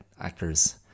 actors